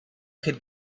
could